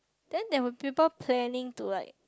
then there were people planning to like